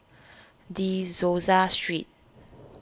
De Souza Street